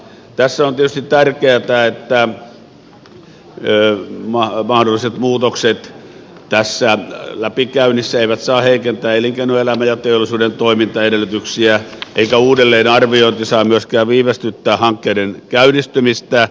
tässä on tietysti tärkeätä että mahdolliset muutokset tässä läpikäynnissä eivät saa heikentää elinkeinoelämän ja teollisuuden toimintaedellytyksiä eikä uudelleenarviointi saa myöskään viivästyttää hankkeiden käynnistymistä